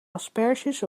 asperges